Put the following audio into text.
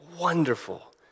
Wonderful